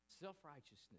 Self-righteousness